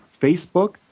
Facebook